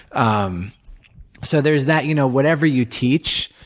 um so there's that, you know whatever you teach,